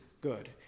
good